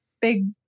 big